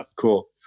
Cool